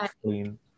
clean